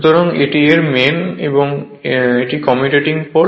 সুতরাং এটি এর মেইন এবং এটি কমিউটেটিং পোল